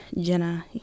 Jenna